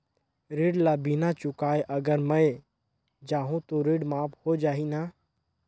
ऋण ला बिना चुकाय अगर मै जाहूं तो ऋण माफ हो जाही न?